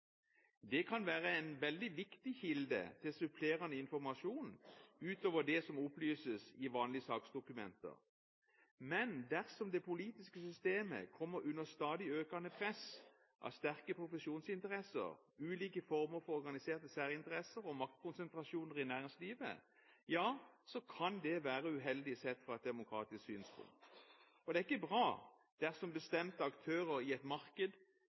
Det kan være en veldig viktig kilde til supplerende informasjon ut over det som opplyses i vanlige saksdokumenter. Men dersom det politiske systemet kommer under stadig økende press av sterke profesjonsinteresser, ulike former for organiserte særinteresser og maktkonsentrasjoner i næringslivet, kan det være uheldig sett fra et demokratisk synspunkt. Det er ikke bra om bestemte aktører i et marked